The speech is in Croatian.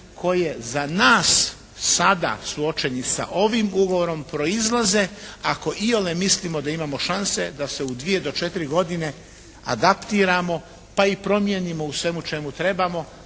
koje za nas sada suočene sa ovim ugovorom proizlaze ako iole mislimo da imamo šanse da se u dvije do četiri godine adaptiramo pa i promijenimo u svemu u čemu trebamo